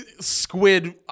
squid